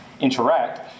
interact